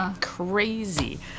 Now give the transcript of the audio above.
crazy